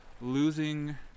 losing